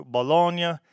Bologna